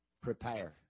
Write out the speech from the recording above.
Prepare